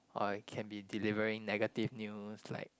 or it can be delivering negative news like